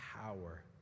power